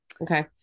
Okay